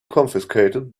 confiscated